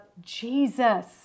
Jesus